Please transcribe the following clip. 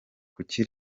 kuki